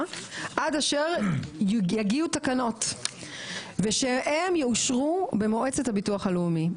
עד אשר יגיעו תקנות ושהם יאושרו במועצת הביטוח הלאומי.